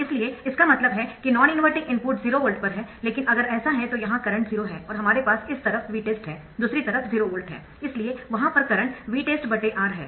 इसलिए इसका मतलब है कि नॉन इनवर्टिंग इनपुट 0 वोल्ट पर है लेकिन अगर ऐसा है तो यहां करंट 0 है और हमारे पास इस तरफ Vtest है दूसरी तरफ 0 वोल्ट है इसलिए वहां पर करंट VtestR है